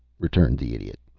returned the idiot.